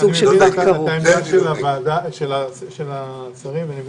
אני מבין את העמדה של השרים ואני מבין